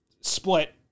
split